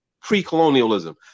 pre-colonialism